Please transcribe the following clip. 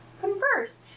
converse